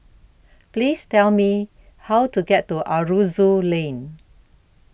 Please Tell Me How to get to Aroozoo Lane